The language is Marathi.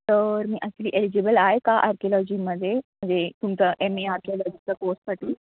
तर मी ॲक्च्युली एलजीबल आहे का आर्क्योलॉजीमध्ये म्हणजे तुमचा एम ए आर्क्योलॉजीचा कोर्ससाठी